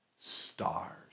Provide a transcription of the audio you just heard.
stars